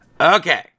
Okay